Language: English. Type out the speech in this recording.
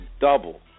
Double